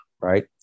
right